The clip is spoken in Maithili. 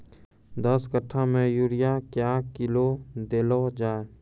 दस कट्ठा मे यूरिया क्या किलो देलो जाय?